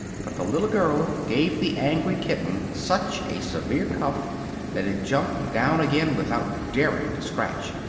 but the little girl gave the angry kitten such a severe cuff that it jumped down again without daring to scratch.